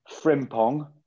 Frimpong